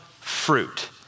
fruit